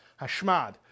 Hashmad